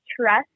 trust